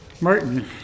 Martin